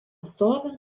stovi